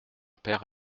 père